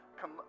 come